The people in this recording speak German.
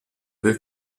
will